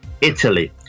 Italy